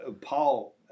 Paul